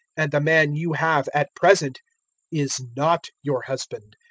and the man you have at present is not your husband.